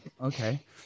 okay